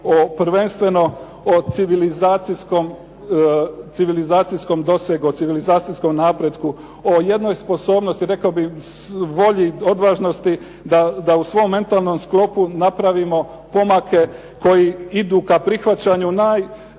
prvenstveno o civilizacijskom dosegu, o civilizacijskom napretku, o jednoj sposobnosti rekao bih volji, odvažnosti da u svom mentalnom sklopu napravimo pomake koji idu ka prihvaćanju najvrijednijih